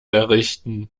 errichten